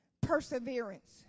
perseverance